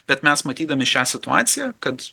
bet mes matydami šią situaciją kad